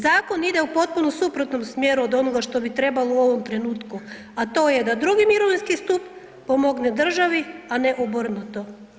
Zakon ide u potpuno suprotnom smjeru od onoga što bi trebalo u ovom trenutku, a to je da drugi mirovinski stup pomogne državi, a ne obrnuto.